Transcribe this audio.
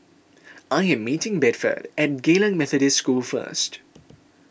I am meeting Bedford at Geylang Methodist School first